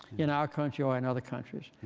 in our country or in other countries.